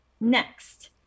Next